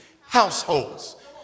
households